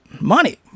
money